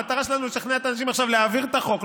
המטרה שלנו לשכנע את האנשים להעביר עכשיו את החוק,